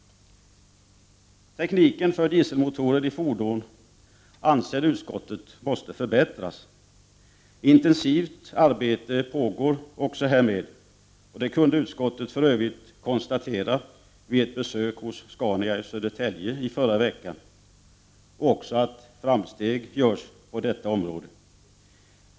Tekniken för dieselmotorer i fordon måste, anser utskottet, förbättras. Intensivt arbete pågår också härmed. Det kunde utskottet för övrigt konstatera vid ett besök hos Scania i Södertälje i förra veckan. Vi kunde också konstatera att framsteg görs på detta område.